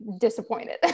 disappointed